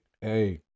hey